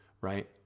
right